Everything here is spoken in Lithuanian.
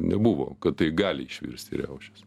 nebuvo kad tai gali išvirsti į riaušes